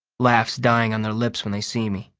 laughs dying on their lips when they see me,